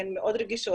הן מאוד רגישות.